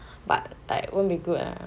but like won't be good ah